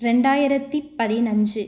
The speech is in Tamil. ரெண்டாயிரத்தி பதினைஞ்சி